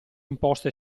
imposte